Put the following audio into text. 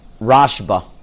Rashba